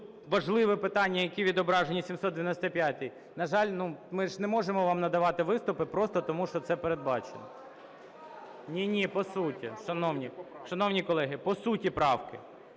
тут важливе питання, які відображені в 795-й, на жаль, ми ж не можемо вам надавати виступи просто, тому що це передбачено. Ні-ні, по суті, шановні. Шановні колеги, по суті правки.